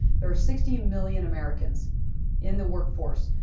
there are sixty million americans in the workforce.